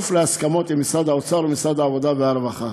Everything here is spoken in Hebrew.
בכפוף להסכמות עם משרד האוצר ומשרד העבודה והרווחה.